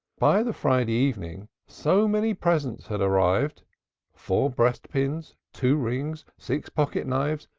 by the friday evening so many presents had arrived four breastpins, two rings, six pocket-knives,